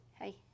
Hey